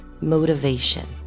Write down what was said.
motivation